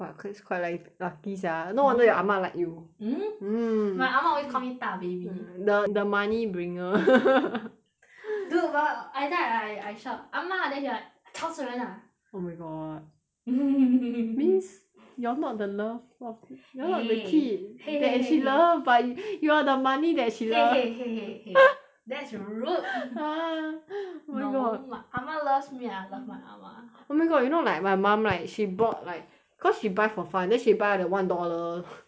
!wah! kris quite like lucky sia mm no wonder your 阿嬷 like you mm mm my 阿嬷 always call me 大 baby th~ the money bringer dude but I I then I I shout 阿嬷 then she like 吵死人 lah oh my god mmhmm it means you're not the love of eh you're not the kid !hey! !hey! !hey! that she love but you're the money that she love !hey! !hey! !hey! !hey! that's rude ah oh my god no 阿嬷 loves me and I love my 阿嬷 oh my god you know like my mom right she bought like cause she buy for fun then she buy the one dollar